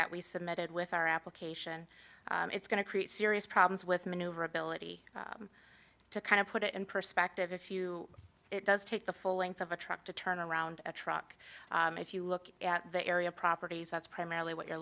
that we submitted with our application it's going to create serious problems with maneuverability to kind of put it in perspective if you it does take the full length of a truck to turn around a truck if you look at the area properties that's primarily what you're